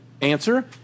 Answer